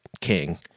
king